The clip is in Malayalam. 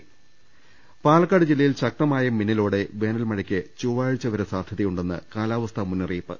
രുട്ട്ട്ട്ട്ട്ട്ട പാലക്കാട് ജില്ലയിൽ ശക്തമായ മിന്നലോടെ വേനൽമഴക്ക് ചൊവ്വാഴ്ച വരെ സാധ്യതയുണ്ടെന്ന് കാലാവസ്ഥാ മുന്നറിയിപ്പ്